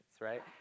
right